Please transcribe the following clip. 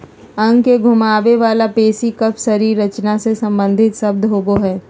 अंग के घुमावे वला पेशी कफ शरीर रचना से सम्बंधित शब्द होबो हइ